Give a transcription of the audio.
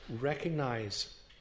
recognize